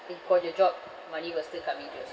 in for your job money will still come in to your